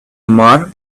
omar